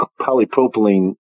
polypropylene